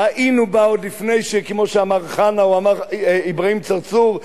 היינו בה לפני, כמו שאמר השיח' אברהים צרצור,